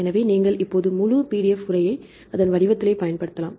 எனவே நீங்கள் இப்போது முழு PDF உரையை அதன் வடிவத்திலே பயன்படுத்தலாம்